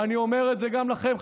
ואני אומר את זה גם לכם,